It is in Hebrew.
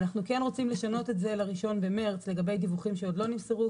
אנחנו כן רוצים לשנות את זה ל-1 במרץ לגבי דיווחים שעוד לא נמסרו,